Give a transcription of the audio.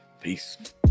Peace